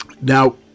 Now